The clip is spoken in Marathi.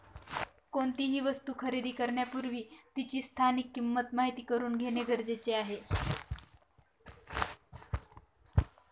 कोणतीही वस्तू खरेदी करण्यापूर्वी तिची किंमत माहित करून घेणे गरजेचे आहे